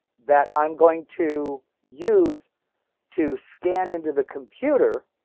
that i'm going to use to scan into the computer.